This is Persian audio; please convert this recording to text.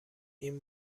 این